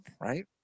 right